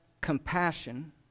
compassion